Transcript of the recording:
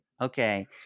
Okay